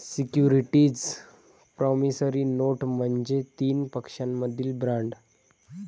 securities promissory note म्हणजे तीन पक्षांमधील बॉण्ड